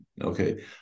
Okay